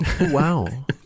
Wow